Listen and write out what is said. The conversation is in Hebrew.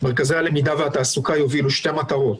"מרכזי הלמידה והתעסוקה" יובילו שתי מטרות